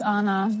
Anna